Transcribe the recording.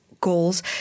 goals